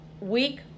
week